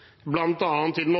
i den